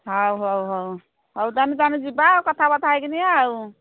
ହଉ ହଉ ହଉ ହଉ ତୁମେ ତୁମେ ଯିବା ଆଉ କଥାବାର୍ତ୍ତା ହେଇକିନି ଆଉ